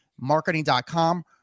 marketing.com